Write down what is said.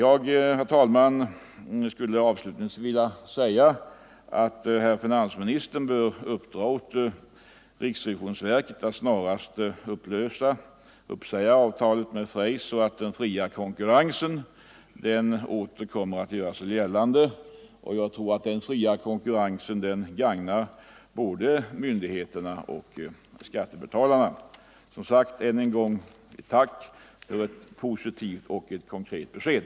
Avslutningsvis skulle jag, herr talman, vilja slå fast att herr finansministern bör uppdra åt riksrevisionsverket att snarast uppsäga avtalet med Freys, så att den fria konkurrensen åter kan göra sig gällande. Jag tror att den fria konkurrensen gagnar både myndigheterna och skattebetalarna. Än en gång som sagt: Tack för ett positivt och konkret besked!